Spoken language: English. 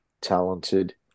talented